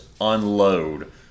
unload